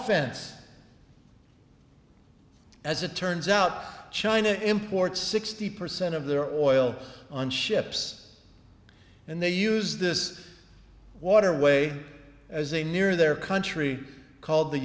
ince as it turns out china imports sixty percent of their oil on ships and they use this waterway as a near their country called the